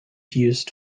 used